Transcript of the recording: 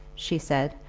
she said,